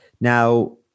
Now